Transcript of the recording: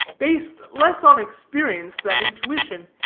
based less on experience than intuition,